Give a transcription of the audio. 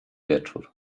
wieczór